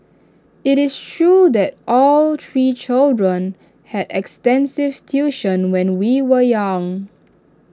IT is true that all three children had extensive tuition when we were young